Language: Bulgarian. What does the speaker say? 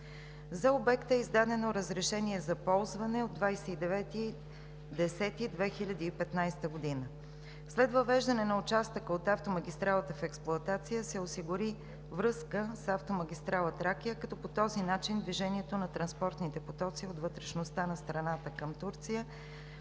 За обекта е издадено разрешение за ползване от 29 октомври 2015 г. След въвеждане на участъка от автомагистралата в експлоатация се осигури връзка с автомагистрала „Тракия“, като по този начин движението на транспортните потоци от вътрешността на страната към Турция